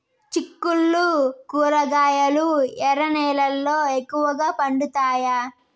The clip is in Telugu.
చిక్కుళ్లు కూరగాయలు ఎర్ర నేలల్లో ఎక్కువగా పండుతాయా